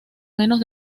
menos